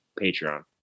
patreon